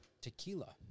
tequila